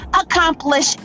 accomplish